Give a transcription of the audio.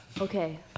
Okay